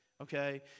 Okay